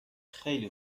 خیلی